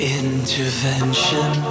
intervention